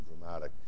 dramatic